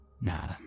Nah